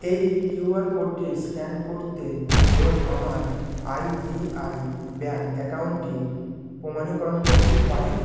এই কিউআর কোডটি স্ক্যান করতে এবং আমার আইডিআই ব্যাঙ্ক অ্যাকাউন্টটি প্রমাণীকরণ করতে পারেন